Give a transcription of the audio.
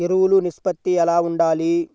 ఎరువులు నిష్పత్తి ఎలా ఉండాలి?